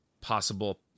possible